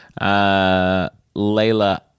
Layla